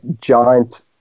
giant